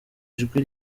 ijwi